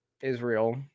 Israel